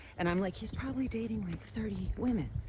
and i'm like, he's probably dating like thirty women.